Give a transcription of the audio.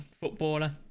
footballer